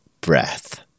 breath